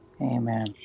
amen